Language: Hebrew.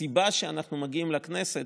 הסיבה לכך שאנחנו מגיעים לכנסת,